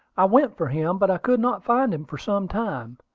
i went for him but i could not find him for some time,